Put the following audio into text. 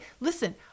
listen